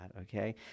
okay